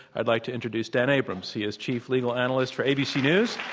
i'd like to introduce dan abrams. he is chief legal analyst for abc news.